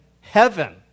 heaven